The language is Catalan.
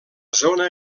zona